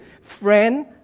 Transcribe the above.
Friend